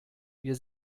wir